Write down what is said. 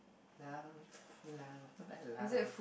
love love and love